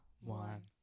one